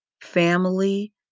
family